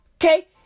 Okay